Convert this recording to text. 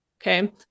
Okay